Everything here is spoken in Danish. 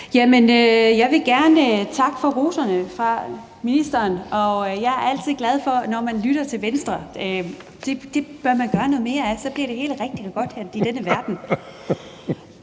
Jeg vil gerne takke for roserne fra ministeren. Jeg er altid glad, når man lytter til Venstre – det bør man gøre noget mere, for så bliver det hele rigtig godt i denne verden.